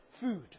food